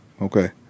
Okay